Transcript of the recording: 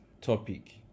topic